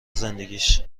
زندگیش